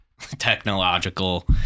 Technological